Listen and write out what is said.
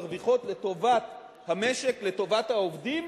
מרוויחות, לטובת המשק, לטובת העובדים,